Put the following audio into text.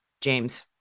James